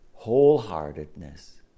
wholeheartedness